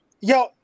yo